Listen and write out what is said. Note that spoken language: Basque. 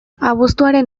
abuztuaren